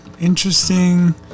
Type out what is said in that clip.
interesting